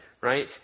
right